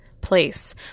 place